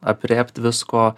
aprėpt visko